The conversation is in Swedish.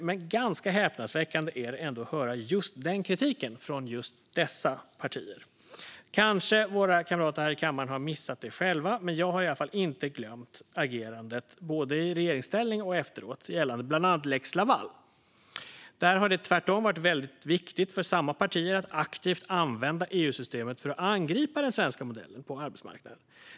Men ganska häpnadsväckande är det ändå att höra just den kritiken från just dessa partier. Kanske våra kamrater här i kammaren har missat det själva, men jag har i alla fall inte glömt agerandet, både i regeringsställning och efteråt, gällande bland annat lex Laval. Där har det tvärtom varit väldigt viktigt för samma partier att aktivt använda EU-systemet för att angripa den svenska modellen på arbetsmarknaden.